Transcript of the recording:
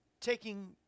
taking